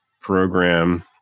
program